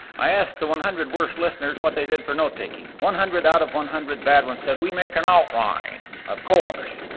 i asked the one hundred worst listeners what they did for note-taking. one hundred out of one hundred bad ones said we make an outline, of course.